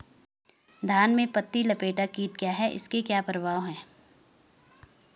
धान में पत्ती लपेटक कीट क्या है इसके क्या प्रभाव हैं?